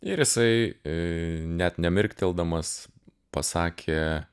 ir jisai net nemirkteldamas pasakė